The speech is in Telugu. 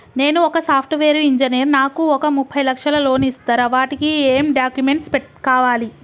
నేను ఒక సాఫ్ట్ వేరు ఇంజనీర్ నాకు ఒక ముప్పై లక్షల లోన్ ఇస్తరా? వాటికి ఏం డాక్యుమెంట్స్ కావాలి?